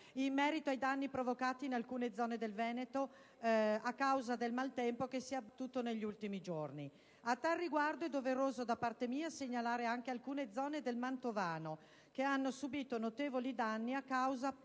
in merito ai danni provocati in alcune zone del Veneto a causa del maltempo che si è lì abbattuto negli ultimi giorni. A tal riguardo è doveroso, da parte mia, segnalare anche alcune zone del mantovano che hanno subito notevoli danni a causa